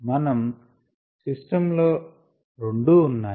మన సిస్టం లో రెండూ ఉన్నాయి